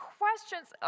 questions